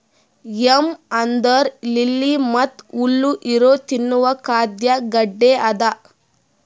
M ಅಂದುರ್ lily ಮತ್ತ ಹುಲ್ಲು ಇರೊ ತಿನ್ನುವ ಖಾದ್ಯ ಗಡ್ಡೆ ಅದಾ